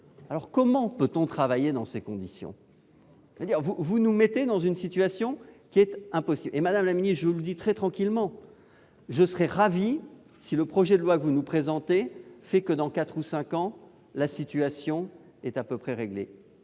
! Comment peut-on travailler dans ces conditions ? Vous nous mettez dans une situation impossible. Madame la ministre, je vous le dis très tranquillement : je serais ravi si l'adoption du projet de loi que vous nous présentez fait que, dans quatre ou cinq ans, le problème est à peu près réglé.